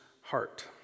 heart